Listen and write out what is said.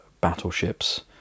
battleships